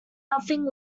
nothing